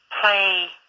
play